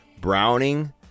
Browning